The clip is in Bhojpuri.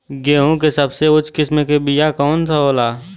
गेहूँ के सबसे उच्च किस्म के बीया कैसन होला?